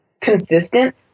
consistent